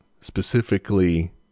specifically